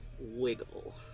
wiggle